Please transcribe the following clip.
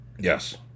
Yes